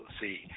see